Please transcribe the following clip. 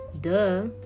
Duh